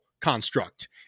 construct